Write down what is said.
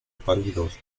pálidos